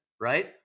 right